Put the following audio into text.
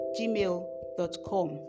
gmail.com